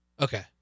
Okay